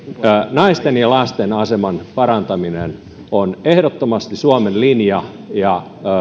naisten ja lasten aseman parantaminen on ehdottomasti suomen linja